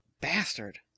Bastard